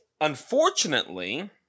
Unfortunately